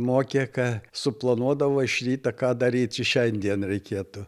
mokė ka suplanuodavo iš ryto ką daryti šiandien reikėtų